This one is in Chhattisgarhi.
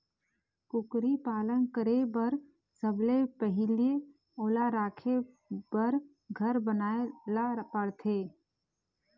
कुकरी पालन करे बर सबले पहिली ओला राखे बर घर बनाए ल परथे